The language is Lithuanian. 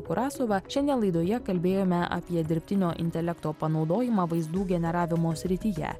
kurasova šiandien laidoje kalbėjome apie dirbtinio intelekto panaudojimą vaizdų generavimo srityje